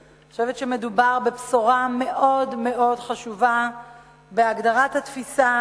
אני חושבת שמדובר בבשורה מאוד מאוד חשובה בהגדרת התפיסה.